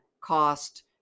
cost